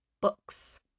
Books